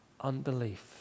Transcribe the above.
unbelief